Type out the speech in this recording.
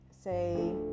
say